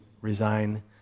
resign